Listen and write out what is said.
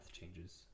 changes